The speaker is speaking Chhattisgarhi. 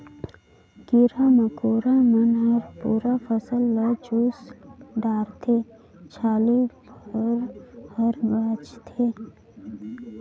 कीरा मकोरा मन हर पूरा फसल ल चुस डारथे छाली भर हर बाचथे